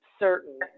certain